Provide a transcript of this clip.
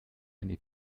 eine